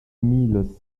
mille